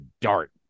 dart